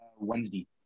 Wednesday